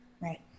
Right